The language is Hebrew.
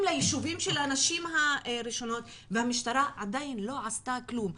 ליישובים של הנשים הראשונות והמשטרה עדיין לא עשתה כלום.